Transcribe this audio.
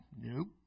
Nope